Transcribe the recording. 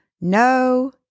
No